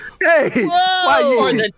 Hey